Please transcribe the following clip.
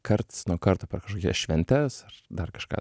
karts nuo karto per kažkokias šventes ar dar kažką